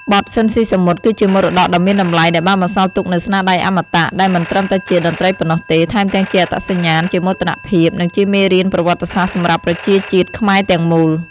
បទស៊ីន ស៊ីសាមុត គឺជាមរតកដ៏មានតម្លៃដែលបានបន្សល់ទុកនូវស្នាដៃអមតៈ ដែលមិនត្រឹមតែជាតន្ត្រីប៉ុណ្ណោះទេ ថែមទាំងជាអត្តសញ្ញាណ ជាមោទនភាព និងជាមេរៀនប្រវត្តិសាស្ត្រសម្រាប់ប្រជាជាតិខ្មែរទាំងមូល ។